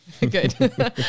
Good